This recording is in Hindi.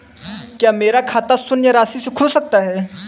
क्या मेरा खाता शून्य राशि से खुल सकता है?